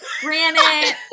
granite